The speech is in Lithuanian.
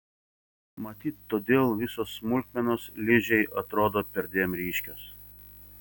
matyt todėl visos smulkmenos ližei atrodo perdėm ryškios